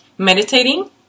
meditating